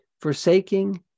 forsaking